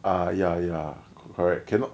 ah ya ya correct cannot